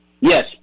Yes